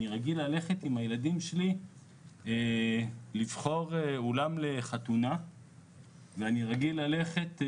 אני רגיל ללכת עם הילדים לבחור אולם לחתונה או לשלוח הזמנות לחתונה.